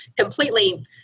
completely